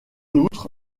outre